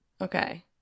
Okay